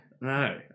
No